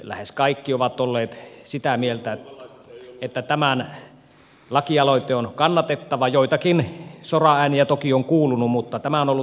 lähes kaikki ovat olleet sitä mieltä että tämä lakialoite on kannatettava joitakin soraääniä toki on kuulunut mutta tämä on ollut se yleinen vire